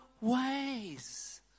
ways